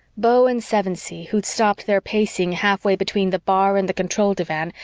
beau and sevensee, who'd stopped their pacing halfway between the bar and the control divan,